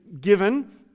given